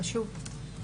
זה חשוב.